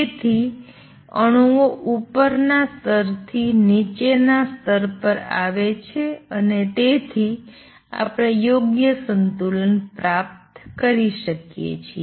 તેથી અણુઓ ઉપરના સ્તરથી નીચેના સ્તર ઉપર આવે છે અને તેથી આપણે યોગ્ય સંતુલન પ્રાપ્ત કરી શકીએ છીએ